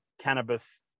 cannabis